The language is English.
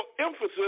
emphasis